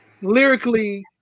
lyrically